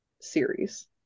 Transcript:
series